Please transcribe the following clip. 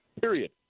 period